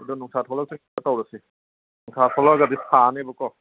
ꯑꯗꯨ ꯅꯨꯡꯁꯥ ꯊꯣꯛꯂꯛꯇ꯭ꯔꯤꯉꯩꯗ ꯇꯧꯔꯁꯤ ꯅꯨꯡꯁꯥ ꯊꯣꯛꯂꯛꯂꯒꯗꯤ ꯁꯥꯅꯦꯕꯀꯣ